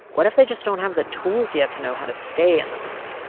what if they just don't have the tools yet to know how to stay in the room?